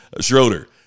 Schroeder